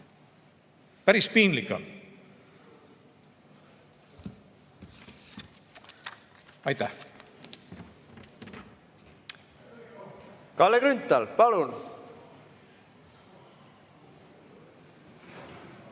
Päris piinlik on. Aitäh! Kalle Grünthal, palun!